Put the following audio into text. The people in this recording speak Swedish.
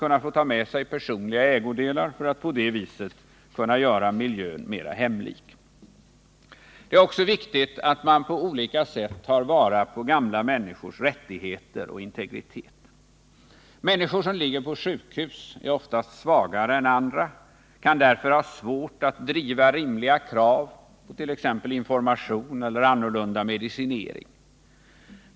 kunna få ta med sig personliga ägodelar för att på det viset kunna göra miljön mer hemlik. Det är också viktigt att man på olika sätt tar vara på gamla människors rättigheter och integritet. Människor som ligger på sjukhus är oftast svagare än andra och kan därför ha svårt att driva rimliga krav på t.ex. information eller annorlunda medicinering.